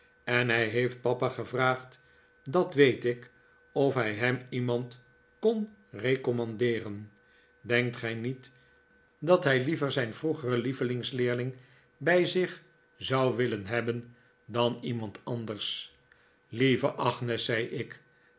en hij heeft papa gevraagd dat weet ik of hij hem iemand kon recommandeeren denkt gij niet dat hij liever zijn vroegeren lievelingsleerling bij zich zou willen hebben dan mijnheer wickfield en zijn compagnon iemand anders lieve agnes zei ik